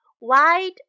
Wide